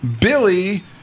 Billy